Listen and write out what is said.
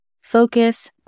focus